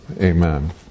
Amen